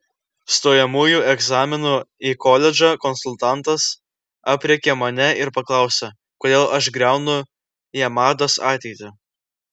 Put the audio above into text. stojamųjų egzaminų į koledžą konsultantas aprėkė mane ir paklausė kodėl aš griaunu jamados ateitį